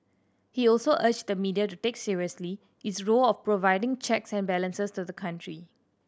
he also urged the media to take seriously its role of providing checks and balances to the country